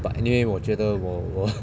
but anyway 我觉得我我